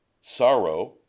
sorrow